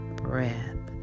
breath